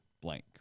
blank